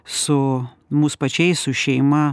su mus pačiais su šeima